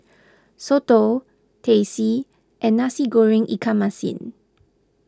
Soto Teh C and Nasi Goreng Ikan Masin